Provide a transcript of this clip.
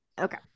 Okay